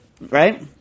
right